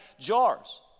jars